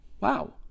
Wow